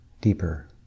deeper